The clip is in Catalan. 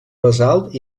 basalt